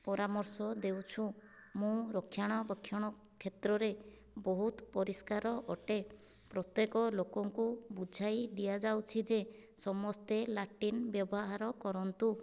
ପରାମର୍ଶ ଦେଉଛୁ ମୁଁ ରକ୍ଷାଣବେକ୍ଷଣ କ୍ଷେତ୍ରରେ ବହୁତ ପରିଷ୍କାର ଅଟେ ପ୍ରତ୍ୟେକ ଲୋକଙ୍କୁ ବୁଝାଇ ଦିଆଯାଉଛି ଯେ ସମସ୍ତେ ଲାଟ୍ରିନ ବ୍ୟବହାର କରନ୍ତୁ